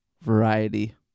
variety